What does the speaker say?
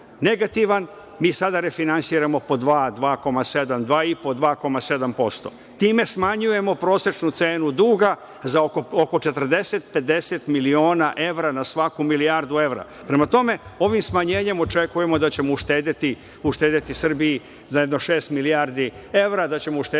negativan. Mi sada refinansiramo pod dva, 2,7, dva i po posto. Time smanjujemo prosečnu cenu duga za oko 40, 50 miliona evra na svaku milijardu evra. Prema tome, ovim smanjenjem očekujemo da ćemo uštedeti Srbiji za jedno šest milijardi evra, da ćemo uštedeti